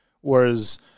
Whereas